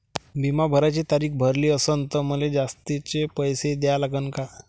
बिमा भराची तारीख भरली असनं त मले जास्तचे पैसे द्या लागन का?